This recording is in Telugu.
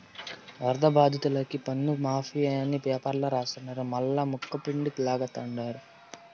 వరద బాధితులకి పన్నుమాఫీ అని పేపర్ల రాస్తారు మల్లా ముక్కుపిండి లాగతండారు